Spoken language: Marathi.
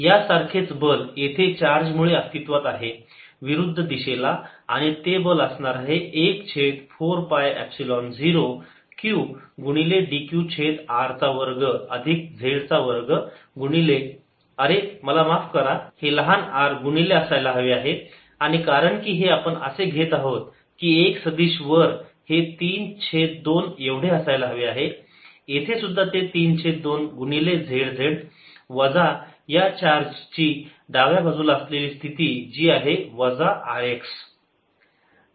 dF14π0qdzr2z232zz rx या सारखेच बल येथे चार्ज मुळे अस्तित्वात आहे विरुद्ध दिशेला आणि ते बल असणार आहे 1 छेद 4 पाय एपसिलोन 0 q गुणिले dq छेद r चा वर्ग अधिक z चा वर्ग गुणिले अरे मला माफ करा हे लहान r गुणिले असायला हवे आहे आणि कारण की हे आपण असे घेत आहोत की एक सदिश वर हे 3 छेद 2 एवढे असायला हवे आहे येथे सुद्धा ते 3 छेद 2 गुणिले zz वजा या चार्ज ची डाव्या बाजूला असलेली स्थिती जी आहे वजा rx